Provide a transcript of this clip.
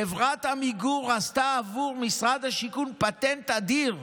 חברת עמיגור עשתה עבור משרד השיכון פטנט אדיר.